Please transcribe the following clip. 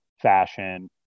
fashion